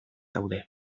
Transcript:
daude